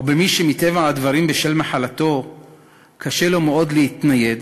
או במי שמטבע הדברים בשל מחלתו קשה לו מאוד להתנייד?